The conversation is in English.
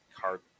card